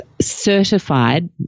certified